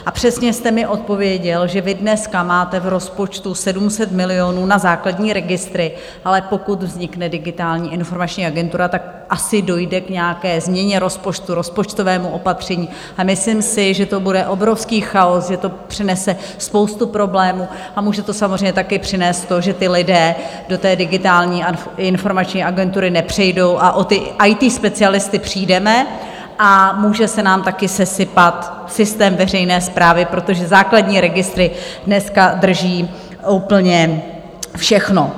A přesně jste mi odpověděl, že vy dneska máte v rozpočtu 700 milionů na základní registry, ale pokud vznikne Digitální informační agentura, asi dojde k nějaké změně rozpočtu, k rozpočtovému opatření, a myslím si, že to bude obrovský chaos, že to přinese spoustu problémů a může to samozřejmě také přinést to, že ti lidé do Digitální informační agentury nepřejdou, o ty IT specialisty přijdeme a může se nám také sesypat systém veřejné správy, protože základní registry dneska drží úplně všechno.